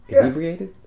Inebriated